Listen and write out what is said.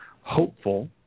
hopeful